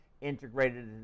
integrated